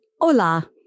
Hola